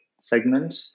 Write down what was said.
segment